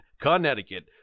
Connecticut